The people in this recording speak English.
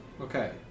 Okay